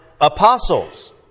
apostles